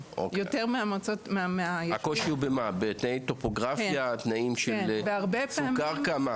שיש מבנים של מפעל הפיס בישובים הבדואים.